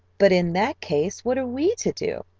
but in that case what are we to do?